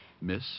Miss